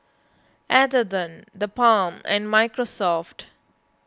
Atherton the Balm and Microsoft